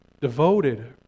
devoted